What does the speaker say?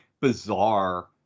bizarre